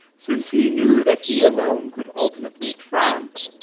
since he knew that he alone could ultimately triumph!